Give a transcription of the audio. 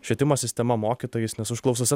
švietimo sistema mokytojais nes užklausose